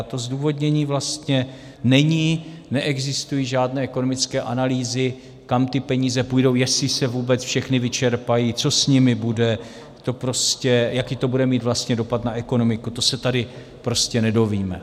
To zdůvodnění vlastně není, neexistují žádné ekonomické analýzy, kam ty peníze půjdou, jestli se vůbec všechny vyčerpají, co s nimi bude, jaký to bude mít vlastně dopad na ekonomiku, to se tady prostě nedovíme.